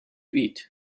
eat